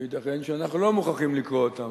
וייתכן שאנחנו לא מוכרחים לקרוא אותם,